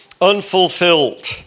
unfulfilled